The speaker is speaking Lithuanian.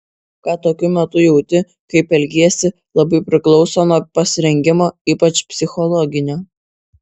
ką tokiu metu jauti kaip elgiesi labai priklauso nuo pasirengimo ypač psichologinio